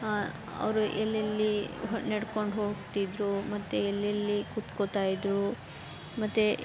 ಅವರು ಎಲ್ಲೆಲ್ಲಿ ನಡ್ಕೊಂಡು ಹೋಗ್ತಿದ್ದರು ಮತ್ತೆ ಎಲ್ಲೆಲ್ಲಿ ಕೂತ್ಕೊಳ್ತಾಯಿದ್ರು ಮತ್ತು